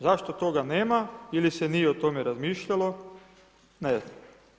Zašto toga nema ili se nije o tome razmišljalo, ne znam.